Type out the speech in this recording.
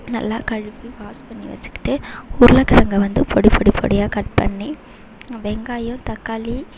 நல்லா கழுவி வாஷ் பண்ணி வச்சுக்கிட்டு உருளக்கெழங்க வந்து பொடி பொடி பொடியாக கட் பண்ணி வெங்காயம் தக்காளி